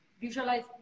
Visualize